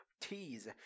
tease